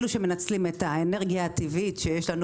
אלו שמנצלים את האנרגיה הטבעית שיש לנו